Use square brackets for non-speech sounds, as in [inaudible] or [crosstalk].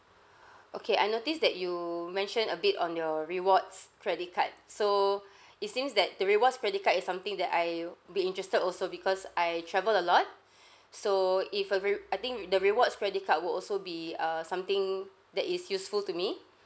[breath] okay I noticed that you mentioned a bit on your rewards credit card so [breath] it seems that the rewards credit card is something that I would be interested also bebecause I travel a lot [breath] so if a creri~ I think the rewards credit card will also be err something that is useful to me